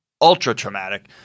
ultra-traumatic